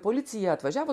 policija atvažiavo